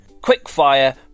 quickfire